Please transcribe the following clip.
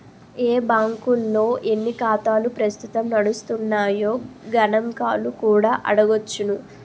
ఏ బాంకుల్లో ఎన్ని ఖాతాలు ప్రస్తుతం నడుస్తున్నాయో గణంకాలు కూడా అడగొచ్చును